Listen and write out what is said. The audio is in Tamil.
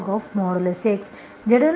ஜெனரல்சொலுஷன்